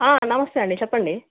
నమస్తే అండి చెప్పండి